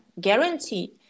guarantee